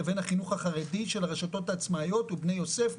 לבין החינוך החרדי של הרשתות העצמאיות ובני יוסף,